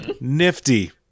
nifty